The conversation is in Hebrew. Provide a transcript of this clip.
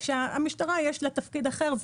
המשטרה יש לה תפקיד אחר,